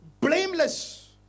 blameless